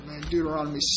Deuteronomy